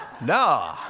No